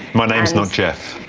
my name's not jeff.